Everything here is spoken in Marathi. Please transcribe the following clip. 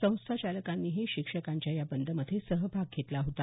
संस्था चालकांनीही शिक्षकांच्या या बंदमध्ये सहभाग घेतला होता